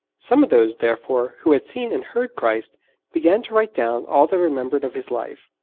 some of those, therefore, who had seen and heard christ began to write down all they remembered of his life.